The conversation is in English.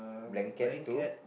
blanket to